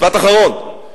משפט אחרון.